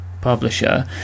publisher